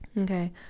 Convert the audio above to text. okay